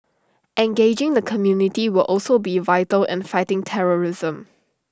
engaging the community will also be vital in fighting terrorism